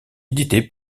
édité